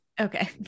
Okay